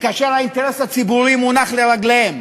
כאשר האינטרס הציבורי מונח לרגליהם